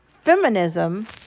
feminism